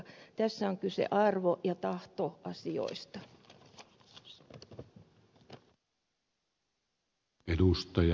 tässä on kyse arvo ja tahtoasioista